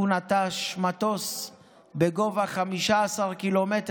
הוא נטש מטוס בגובה 15 ק"מ,